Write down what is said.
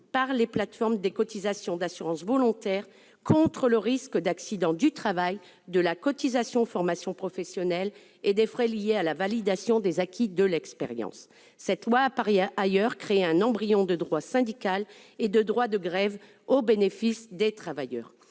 par les plateformes des cotisations d'assurance volontaire contre le risque d'accident du travail, de la cotisation à la formation professionnelle et des frais liés à la validation des acquis de l'expérience. Cette loi a par ailleurs créé un embryon de droit syndical et de droit de grève au bénéfice de ces travailleurs.